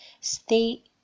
Stay